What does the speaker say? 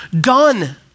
done